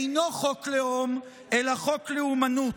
אינו חוק לאום אלא חוק לאומנות,